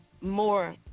more